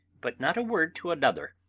but not a word to another.